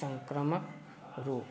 संक्रामक रोग